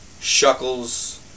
shuckles